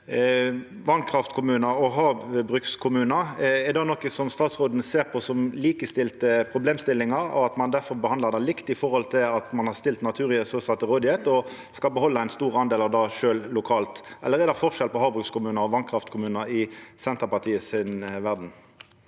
vasskraftkommunar og havbrukskommunar. Er det noko statsråden ser på som likestilte problemstillingar, og at ein difor behandlar det likt med omsyn til at ein har stilt naturressursar til rådigheit og skal behalda ein stor del av det lokalt? Eller er det forskjell på havbrukskommunar og vasskraftkommunar i Senterpartiet si verd?